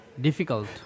difficult